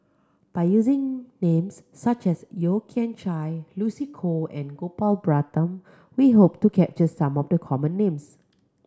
by using names such as Yeo Kian Chye Lucy Koh and Gopal Baratham we hope to capture some of the common names